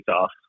off